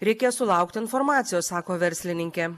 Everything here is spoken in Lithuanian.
reikia sulaukt informacijos sako verslininkė